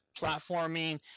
platforming